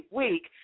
week